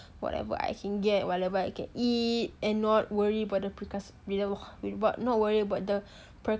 whatever I can get whatever I can eat and not worry about the percus~ what not worry about the